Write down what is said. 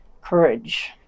Courage